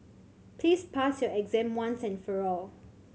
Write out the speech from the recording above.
please pass your exam once and for all